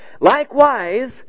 Likewise